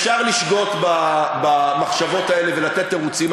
אפשר לשגות במחשבות האלה ולתת תירוצים.